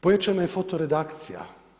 Pojačana je foto redakcija.